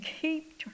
keep